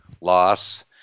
loss